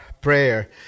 prayer